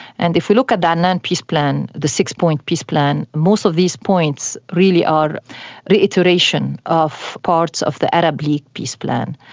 and if we look at the annan peace plan, the six-point peace plan, most of these points really are reiteration of parts of the arab league peace plan,